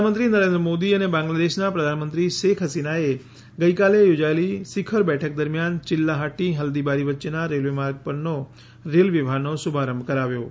પ્રધાનમંત્રી નરેન્દ્ર મોદી અને બાંગ્લાદેશના પ્રધાનમંત્રી શેખ હસીનાએ ગઈકાલે યોજાયેલી શિખર બેઠક દરમિયાન ચિલ્લાહાટી હલ્દીબારી વચ્ચેના રેલવે માર્ગ પરનો રેલ વ્યવહારનો શુભારંભ કરાવ્યો છે